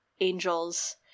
angels